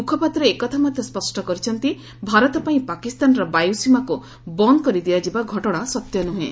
ମୁଖପାତ୍ର ଏକଥା ମଧ୍ୟ ସ୍ୱଷ୍ଟ କରିଛନ୍ତି ଭାରତପାଇଁ ପାକିସ୍ତାନର ବାୟୁସୀମାକୁ ବନ୍ଦ୍ କରିଦିଆଯିବା ଘଟଣା ସତ୍ୟ ନ୍ରହେଁ